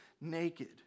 naked